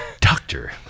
Doctor